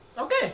Okay